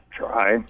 try